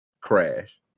crash